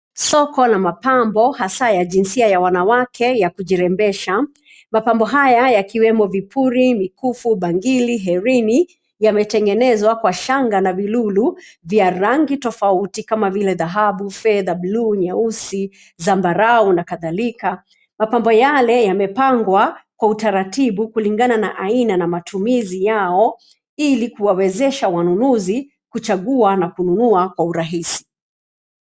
Soko la mapambo hasaa ya jinsia ya wanawake ya kujirembesha. Mapambo haya yakiwemo: vipuli, mikufu, bangili, herini, yametengenezwa kwa shanga na vilulu vya rangi tofauti kama vile: dhahabu, fedha, bluu, nyeusi, zambarau na kadhalika. Mapambo yale yamepangwa kwa utaratibu kulingana na aina na matumizi yao, ilikuwawezesha wanunuzi kuchagua na kununua kwa urahisi.